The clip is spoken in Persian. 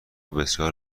بسیار